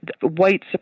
white